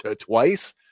twice